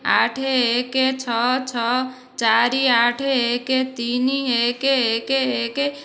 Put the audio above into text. ଆଠ ଏକେ ଛଅ ଛଅ ଚାରି ଆଠ ଏକ ତିନି ଏକ ଏକ ଏକ